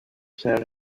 ser